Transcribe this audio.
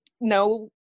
no